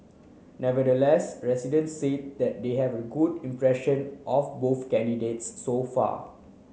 nevertheless residents see that they have good impression of both candidates so far